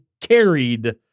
carried